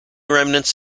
remnants